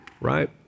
right